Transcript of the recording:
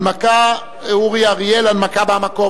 התשע"א 2010. חבר הכנסת אורי אריאל, הנמקה מהמקום.